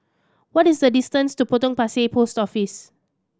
what is the distance to Potong Pasir Post Office